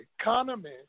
economy